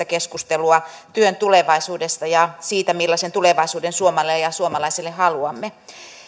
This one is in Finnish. keskustelua työn tulevaisuudesta ja siitä millaisen tulevaisuuden suomelle ja suomalaiselle haluamme